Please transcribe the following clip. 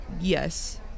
yes